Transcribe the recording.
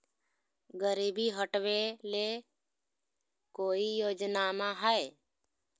गरीबी हटबे ले कोई योजनामा हय?